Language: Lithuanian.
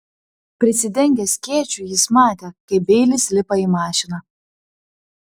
prisidengęs skėčiu jis matė kaip beilis lipa į mašiną